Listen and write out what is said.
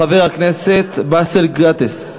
חבר הכנסת באסל גטאס.